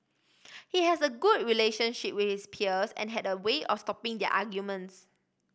he has a good relationship with his peers and had a way of stopping their arguments